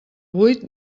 vuit